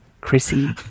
Chrissy